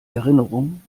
erinnerung